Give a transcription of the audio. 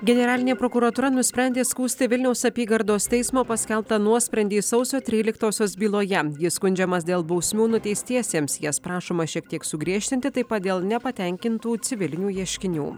generalinė prokuratūra nusprendė skųsti vilniaus apygardos teismo paskelbtą nuosprendį sausio tryliktosios byloje jis skundžiamas dėl bausmių nuteistiesiems jas prašoma šiek tiek sugriežtinti taip pat dėl nepatenkintų civilinių ieškinių